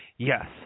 Yes